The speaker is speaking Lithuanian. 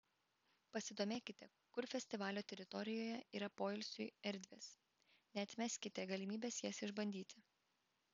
pasidomėkite kur festivalio teritorijoje yra poilsiui erdvės neatmeskite galimybės jas išbandyti